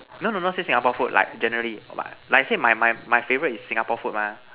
no no not say Singapore food like generally but like I say my my favorite is Singapore food mah